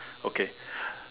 okay